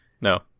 no